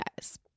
guys